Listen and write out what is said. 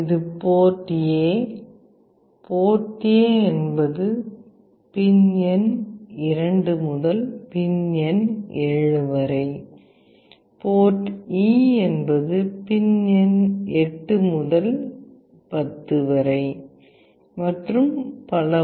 இது port A port A என்பது பின் எண் 2 முதல் பின் எண் 7 வரை போர்ட் E என்பது பின் எண் 8 முதல் 10 வரை மற்றும் பல